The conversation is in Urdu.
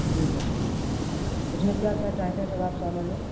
جی سر اس میں کیا کیا چاہتے ہیں سر آپ سامان میں